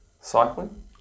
cycling